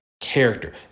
character